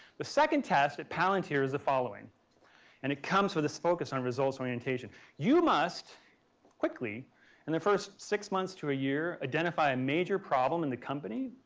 the second test at palantir is the following and it comes with this focus on results orientation. you must quickly in and the first six months to a year identify a major problem in the company.